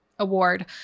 award